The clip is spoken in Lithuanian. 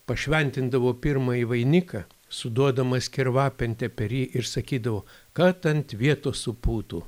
pašventindavo pirmąjį vainiką suduodamas kirvapente per jį ir sakydavo kad ant vietos supūtų